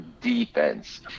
defense